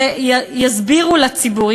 שיסבירו לציבור,